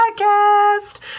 Podcast